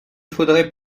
faudrait